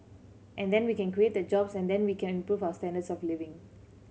and then we can create the jobs and then we can improve our standards of living